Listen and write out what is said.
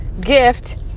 gift